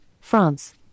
France